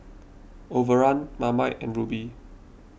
Overrun Marmite and Rubi